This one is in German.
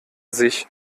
sich